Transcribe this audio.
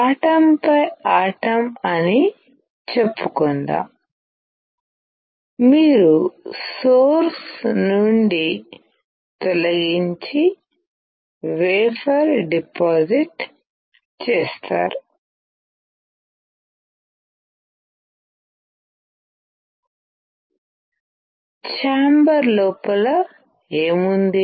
atom by atom అని చెప్పుకుందాంమీరు source నుండి తొలగించి వేఫర్ డిపాజిట్ చేస్తారు ఛాంబర్ లోపల ఏమి ఉంది